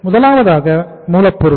முதலாவதாக மூலப்பொருள்